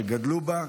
שגדלו בה,